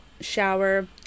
shower